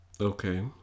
Okay